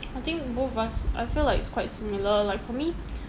I think both of us I feel like it's quite similar like for me